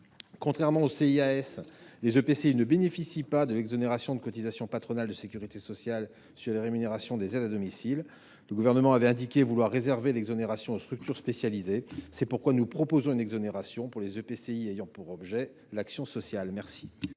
Contrairement aux CIAS, les EPCI ne bénéficient pas de l’exonération de cotisations patronales de sécurité sociale sur les rémunérations des aides à domicile. Le Gouvernement avait en effet indiqué vouloir réserver l’exonération aux structures spécialisées. Nous proposons donc une exonération pour les EPCI ayant pour objet l’action sociale. Quel